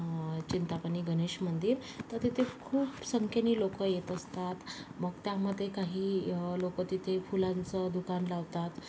चिंतामणी गणेश मंदिर तर तिथे खूप संख्येने लोकं येत असतात मग त्यामध्ये काही लोकं तिथे फुलांचं दुकान लावतात